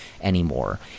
anymore